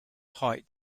height